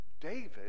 David